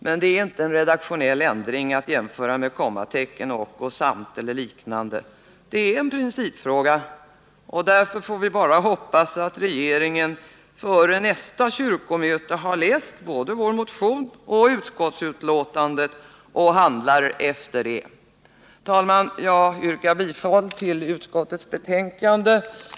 Men det är inte en redaktionell ändring jämförbar med "justering av kommateringen eller överväganden mellan och eller samt”. Det är en principfråga, och därför är det bara att hoppas att regeringen före nästa kyrkomöte har läst både vår motion och utskottsbetänkandet samt handlar därefter. Herr talman! Jag yrkar bifall till utskottets hemställan.